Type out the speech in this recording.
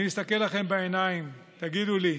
אני מסתכל לכם בעיניים: תגידו לי,